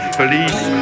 police